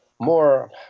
more